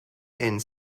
and